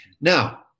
Now